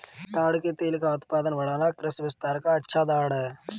ताड़ के तेल का उत्पादन बढ़ना कृषि विस्तार का अच्छा उदाहरण है